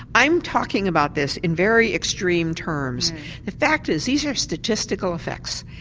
i'm talking about this in very extreme terms the fact is these are statistical effects.